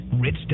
Rich